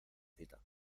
cita